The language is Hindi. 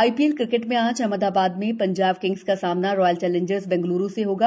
आईपीएल आईपीएल क्रिकेट में आज अहमदाबाद में पंजाब किंग्स का सामना रॉयल चैलेंजर्स बैंगलौर से होगा